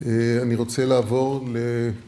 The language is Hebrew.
אני רוצה לעבור ל...